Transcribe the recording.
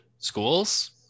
Schools